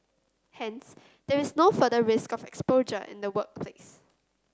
hence there is no further risk of exposure in the workplace